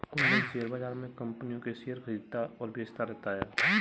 Kundan share बाज़ार में कम्पनियों के शेयर खरीदता और बेचता रहता है